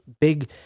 big